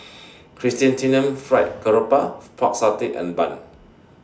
Chrysanthemum Fried Garoupa Pork Satay and Bun